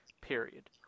period